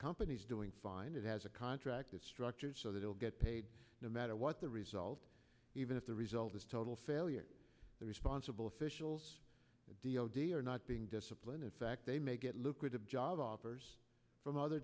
companies doing fine it has a contract it's structured so that it will get paid no matter what the result even if the result is total failure the responsible officials d o d are not being disciplined in fact they may get lucrative job offers from other